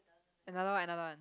another one another one